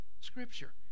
Scripture